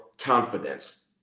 confidence